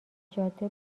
جاده